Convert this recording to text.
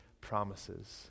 promises